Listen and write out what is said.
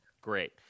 great